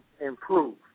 improve